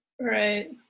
right